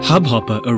Hubhopper